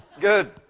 Good